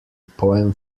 poem